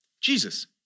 Jesus